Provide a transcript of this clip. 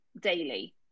daily